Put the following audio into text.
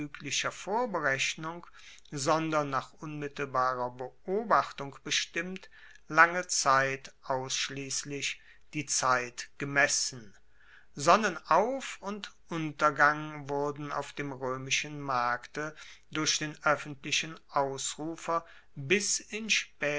vorberechnung sondern nach unmittelbarer beobachtung bestimmt lange zeit ausschliesslich die zeit gemessen sonnenauf und untergang wurden auf dem roemischen markte durch den oeffentlichen ausrufer bis